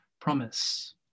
promise